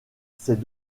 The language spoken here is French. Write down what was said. ces